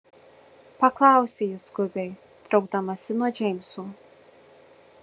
paklausė ji skubiai traukdamasi nuo džeimso